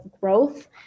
growth